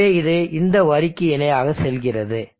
எனவே இது இந்த வரிக்கு இணையாக செல்கிறது